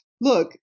look